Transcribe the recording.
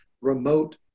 remote